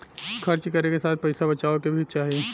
खर्च करे के साथ पइसा बचाए के भी चाही